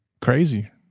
Crazy